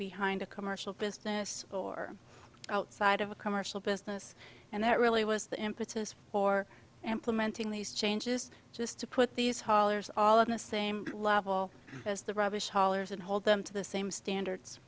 behind a commercial business or outside of a commercial business and that really was the impetus for implementing these changes just to put these haulers all in the same level as the rubbish haulers and hold them to the same standards